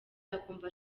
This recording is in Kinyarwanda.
akumva